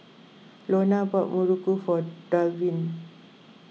Lorna bought Muruku for Dalvin